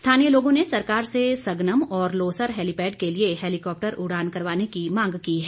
स्थानीय लोगों ने सरकार से सगनम और लोसर हैलीपैड के लिए हैलीकॉपटर उड़ान करवाने की मांग की है